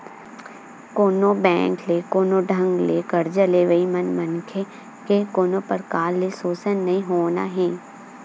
कोनो बेंक ले कोनो ढंग ले करजा लेवई म मनखे के कोनो परकार ले सोसन नइ होना हे